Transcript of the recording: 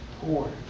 poor